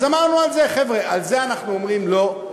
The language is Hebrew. על זה אמרנו: חבר'ה, על זה אנחנו אומרים לא.